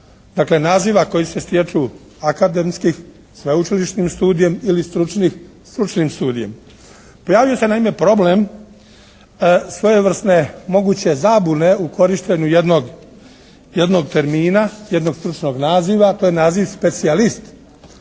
Dakle, naziva koji se stječu akademskim, sveučilišnim studijem ili stručnim studijem. Pojavljuje se naime problem svojevrsne moguće zabune u korištenju jednog termina, jednog stručnog naziva. To je naziv specijalist.